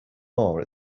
more